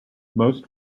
most